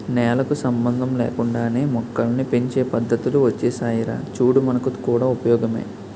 నేలకు సంబంధం లేకుండానే మొక్కల్ని పెంచే పద్దతులు ఒచ్చేసాయిరా చూడు మనకు కూడా ఉపయోగమే